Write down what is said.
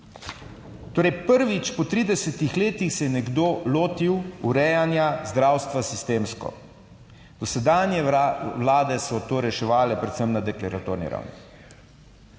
Torej, prvič po 30 letih se je nekdo lotil urejanja zdravstva sistemsko. Dosedanje vlade so to reševale predvsem na deklaratorni ravni.